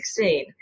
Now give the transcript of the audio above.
2016